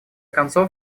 концов